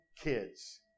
kids